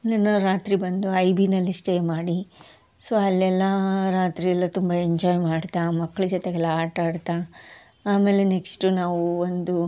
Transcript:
ಇನ್ನ ನಾವು ರಾತ್ರಿ ಬಂದು ಐಬಿನಲ್ಲಿ ಸ್ಟೇ ಮಾಡಿ ಸೊ ಅಲ್ಲೆಲ್ಲಾ ರಾತ್ರಿಯೆಲ್ಲ ತುಂಬಾ ಎಂಜಾಯ್ ಮಾಡ್ತಾ ಮಕ್ಳ ಜೊತೆಗೆಲ್ಲ ಆಟ ಆಡ್ತಾ ಆಮೇಲೆ ನೆಕ್ಸ್ಟ್ ನಾವು ಒಂದು